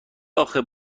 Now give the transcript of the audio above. آخه